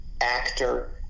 actor